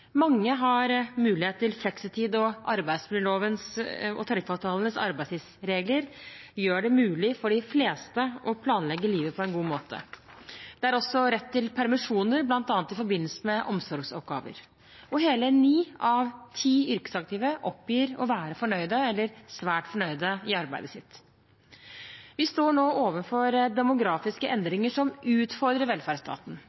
Mange har mulighet til fleksitid, og arbeidsmiljølovens og tariffavtalenes arbeidstidsregler gjør det mulig for de fleste å planlegge livet på en god måte. Det er også rett til permisjoner, bl.a. i forbindelse med omsorgsoppgaver, og hele ni av ti yrkesaktive oppgir å være fornøyd eller svært fornøyd i arbeidet sitt. Vi står nå overfor demografiske